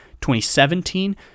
2017